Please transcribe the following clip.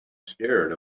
scared